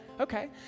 okay